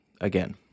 again